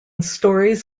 stories